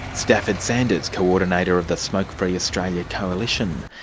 stafford sanders, coordinator of the smoke free australia coalition.